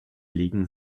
legen